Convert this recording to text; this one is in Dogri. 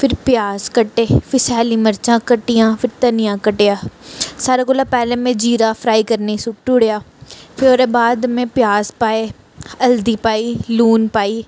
फिर प्याज़ कट्टे फिर सैल्ली मरचां कट्टियां फिर धनियां कट्टेआ सारें कोलां पैह्ले में जीरा फ्राई करने गी सुट्टू उड़ेआ फिर ओहदे बाद में प्याज पाए हलदी पाई लून पाई